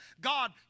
God